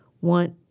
want